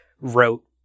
wrote